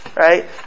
Right